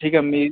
ठीक आहे मी